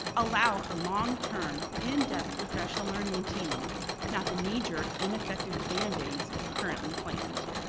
allow for long-term, in-depth professional learning and teaming not the knee-jerk, ineffective band-aids currently planned.